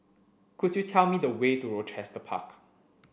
could you tell me the way to Rochester Park